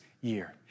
year